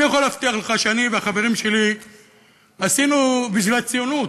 אני יכול להבטיח לך שאני והחברים שלי עשינו בשביל הציונות,